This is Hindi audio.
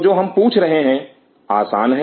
तो जो हम पूछ रहे हैं आसान है